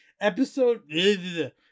episode